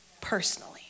personally